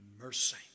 mercy